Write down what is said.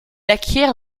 acquiert